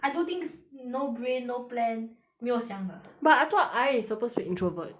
I do things no brain no plan 没有想的 but I thought I is supposed to be introvert